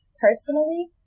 personally